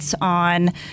on